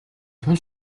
тун